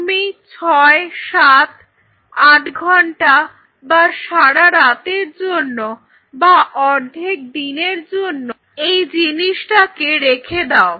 তুমি 6 7 8 ঘন্টা বা সারা রাতের জন্য বা অর্ধেক দিনের জন্য এই জিনিসটাকে রেখে দাও